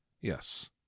Yes